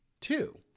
Two